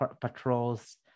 patrols